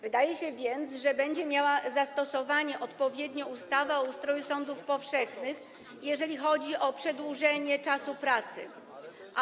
Wydaje się więc, że będzie miała tu zastosowanie odpowiednio ustawa o ustroju sądów powszechnych, jeżeli chodzi o przedłużenie czasu wykonywania pracy.